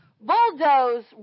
bulldoze